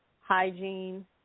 hygiene